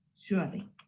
surely